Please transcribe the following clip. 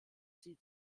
sie